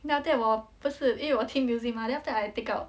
then after that 我不是因为我听 music mah then after that I take out